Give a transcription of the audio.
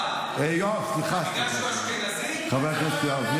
-- ועל יין ובני ברק דיברו חוק שלם ודיון שלם.